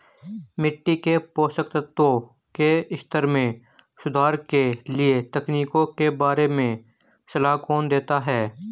मिट्टी के पोषक तत्वों के स्तर में सुधार के लिए तकनीकों के बारे में सलाह कौन देता है?